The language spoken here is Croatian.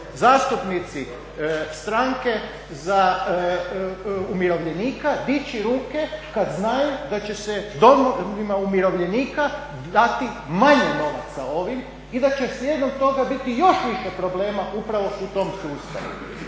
zastupnici Stranke umirovljenika dići ruke kad znaju da će se domovima umirovljenika dati manje novaca ovim i da će slijedom toga biti još više problema upravo u tom sustavu.